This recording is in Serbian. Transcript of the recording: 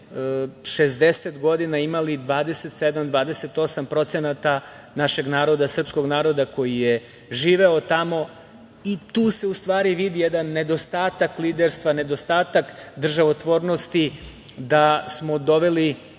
60 godina imali 27-28 procenata našeg naroda, srpskog naroda, koji je živeo tamo i tu se u stvari vidi jedan nedostatak liderstva, nedostatak državotvornosti, da smo doveli